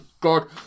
God